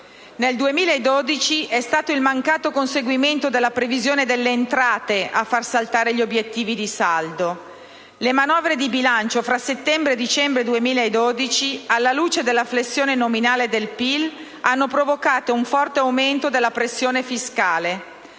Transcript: Nel 2012 è stato il mancato conseguimento della previsione delle entrate a far saltare gli obiettivi di saldo. Le manovre di bilancio fra settembre e dicembre 2012, alla luce della flessione nominale del PIL, hanno provocato un forte aumento della pressione fiscale.